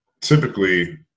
typically